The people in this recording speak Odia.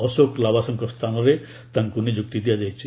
ଅଶୋକ ଲାବାସାଙ୍କ ସ୍ଥାନରେ ତାଙ୍କୁ ନିଯୁକ୍ତି ଦିଆଯାଇଛି